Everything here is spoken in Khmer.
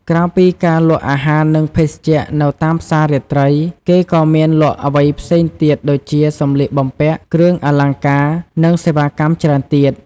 ក្រៅពីការលក់អាហារនិងភេសជ្ជៈនៅតាមផ្សាររាត្រី គេក៏មានលក់អ្វីផ្សេងទៀតដូចជាសម្លៀកបំពាក់ គ្រឿងអលង្ការ និងសេវាកម្មច្រើនទៀត។